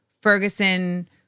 Ferguson